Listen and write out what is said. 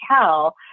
tell